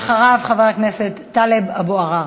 ואחריו, חבר הכנסת טלב אבו עראר.